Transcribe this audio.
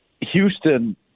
Houston